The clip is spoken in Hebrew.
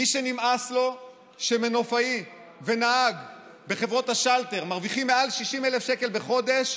מי שנמאס לו שמנופאי ונהג בחברות השלטר מרוויחים מעל 60,000 שקל בחודש,